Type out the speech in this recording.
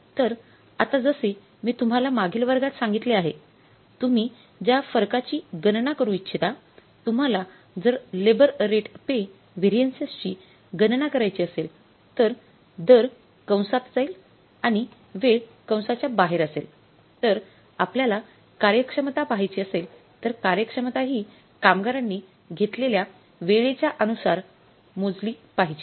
तर आता जसे मी तुम्हाला मागील वर्गात सांगितले आहे तुम्ही ज्या फरकाची गणना करू इच्छिता तुम्हाला जर लेबर रेट पे व्हॅरियन्सची गणना करायची असेल तर दर कंसात जाईल आणि वेळ कंसाच्या बाहेर असेल तर आपल्याला कार्यक्षमता पाहायची असेल तर कार्यक्षमता हि कामगारांनी घेतलेल्या वेळेच्या अनुसार मोजली पाहिजे